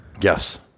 yes